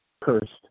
cursed